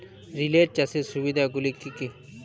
Relay চাষের সুবিধা গুলি কি কি?